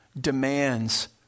demands